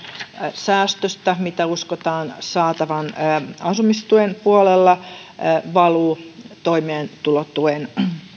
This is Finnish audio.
säästöstä mitä uskotaan saatavan asumistuen puolella valuu toimeentulotuen